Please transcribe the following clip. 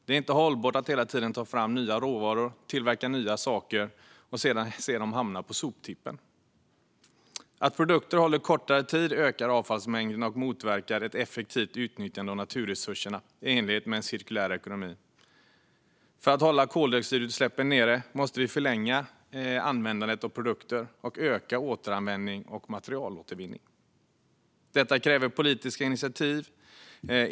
Det är inte hållbart att hela tiden ta fram nya råvaror och tillverka nya saker för att sedan se dem hamna på soptippen. Att produkter håller kortare tid ökar avfallsmängderna och motverkar ett effektivt utnyttjande av naturresurserna i enlighet med en cirkulär ekonomi. För att hålla koldioxidutsläppen nere måste vi förlänga användningen av produkter och öka återanvändning och materialåtervinning. Detta kräver politiska initiativ.